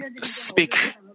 speak